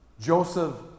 Joseph